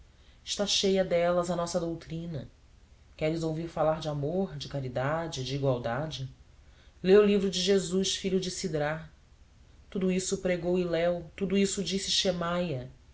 está cheia delas a nossa doutrina queres ouvir falar de amor de caridade de igualdade lê o livro de jesus filho de sidrá tudo isso o pregou hilel tudo isso o disse